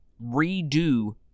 redo